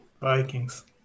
Vikings